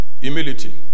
humility